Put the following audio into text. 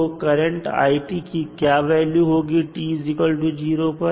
तो current i की क्या वैल्यू होगी t0 पर